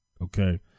Okay